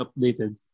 updated